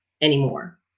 anymore